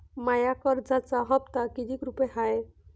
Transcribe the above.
माया कर्जाचा हप्ता कितीक रुपये हाय?